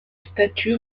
statue